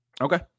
okay